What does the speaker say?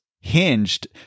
hinged